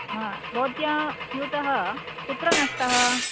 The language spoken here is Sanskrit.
भवत्याः स्यूतः कुत्र नष्टः